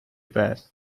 pass